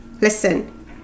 Listen